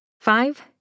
Five